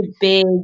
big